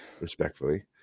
respectfully